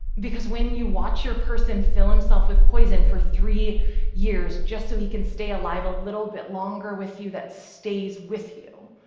because when you watch your person fill himself with poison for three years, just so he can stay alive a little bit longer with you, that stays with you.